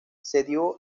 cedió